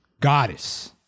goddess